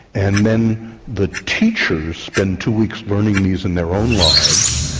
and then the teachers spent two weeks learning these in their own lives.